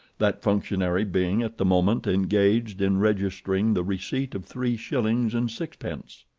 that functionary being at the moment engaged in registering the receipt of three shillings and sixpence.